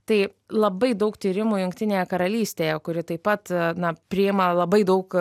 tai labai daug tyrimų jungtinėje karalystėje kuri taip pat na priima labai daug